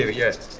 ah yes.